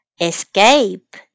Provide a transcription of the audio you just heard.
escape